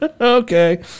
Okay